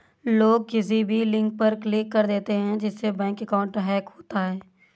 लोग किसी भी लिंक पर क्लिक कर देते है जिससे बैंक अकाउंट हैक होता है